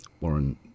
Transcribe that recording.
Warren